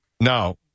Now